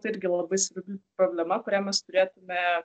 tai irgi labai svarbi problema kurią mes turėtume